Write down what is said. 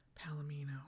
palomino